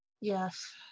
Yes